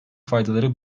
faydaları